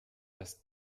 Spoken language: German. das